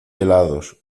helados